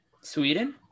Sweden